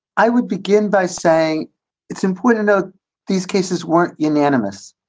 i would begin by saying it's important. ah these cases weren't unanimous,